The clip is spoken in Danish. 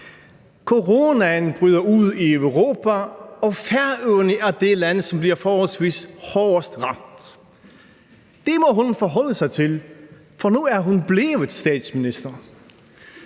Coronaen bryder ud i Europa, og Færøerne er det land, som bliver forholdsvis hårdest ramt. Det må hun forholde sig til, for nu er hun blevet statsminister.